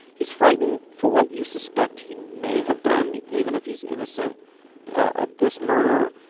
he's frightening for what you suspect he may have done, even if he's innocent of this murder.